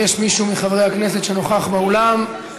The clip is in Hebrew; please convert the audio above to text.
האם יש מישהו מחברי הכנסת שנוכח באולם,